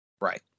Right